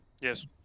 Yes